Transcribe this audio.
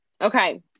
Okay